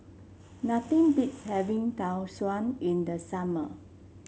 nothing beats having Tau Suan in the summer